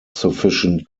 sufficient